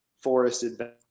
forested